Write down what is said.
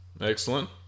Excellent